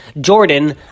Jordan